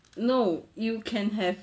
no you can have